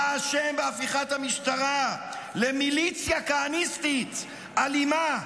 אתה אשם בהפיכת המשטרה למיליציה כהניסטית אלימה,